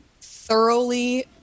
thoroughly